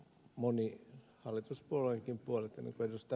moni hallituspuolueidenkin puolelta niin kuin ed